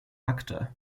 actor